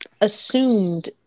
assumed